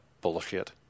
bullshit